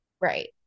right